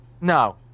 No